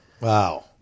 wow